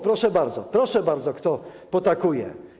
Proszę bardzo, proszę bardzo, kto potakuje.